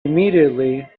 immediately